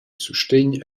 sustegn